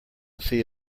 see